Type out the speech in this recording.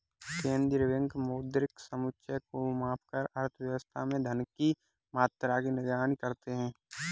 केंद्रीय बैंक मौद्रिक समुच्चय को मापकर अर्थव्यवस्था में धन की मात्रा की निगरानी करते हैं